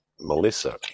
Melissa